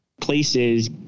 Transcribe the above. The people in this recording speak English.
places